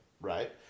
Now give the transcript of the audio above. Right